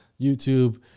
youtube